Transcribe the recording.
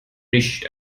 nicht